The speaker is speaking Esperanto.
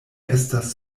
estas